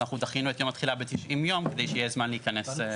דחינו את יום התחילה ב-90 ימים כדי שיהיה זמן לעשות.